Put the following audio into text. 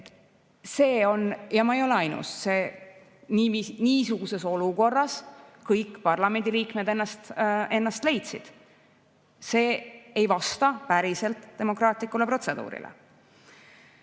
tekkis. Ja ma ei ole ainus, niisuguses olukorras kõik parlamendiliikmed ennast leidsid. See ei vasta päriselt demokraatlikule protseduurile.